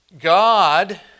God